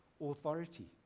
authority